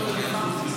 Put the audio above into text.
זיכרונו לברכה,